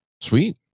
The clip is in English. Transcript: Sweet